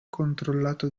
controllato